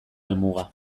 helmuga